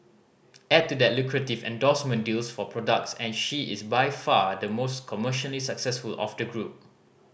add to that lucrative endorsement deals for products and she is by far the most commercially successful of the group